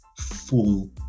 full